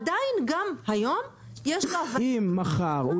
עדיין גם היום יש לו --- אם מחר הוא